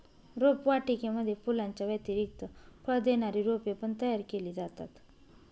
रोपवाटिकेमध्ये फुलांच्या व्यतिरिक्त फळ देणारी रोपे पण तयार केली जातात